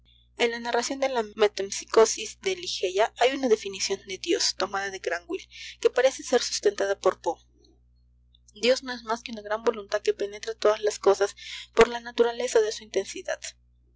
en la narración de la metempsícosis de ligeia hay una definición de dios tomada de granwill que parece ser sustentada por poe dios no es más que una gran voluntad que penetra todas las cosas por la naturaleza de su intensidad